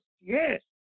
yes